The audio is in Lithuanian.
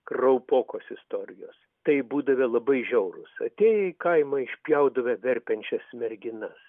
kraupokos istorijos tai būdavę labai žiaurūs atėję į kaimą išpjaudavo verpenčias merginas